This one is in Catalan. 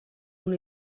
una